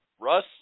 Russ